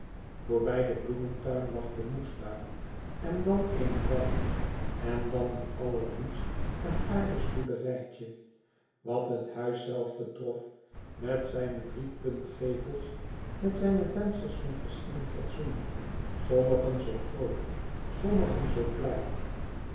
voorbij den bloemtuin lag de moestuin en dan eene weide en dan een allerliefst en aardigst boerderijtje wat het huis zelf betrof met zijne drie puntgevels met zijne vensters van verschillend fatsoen sommigen zoo groot sommigen zoo klein